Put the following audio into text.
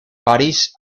paris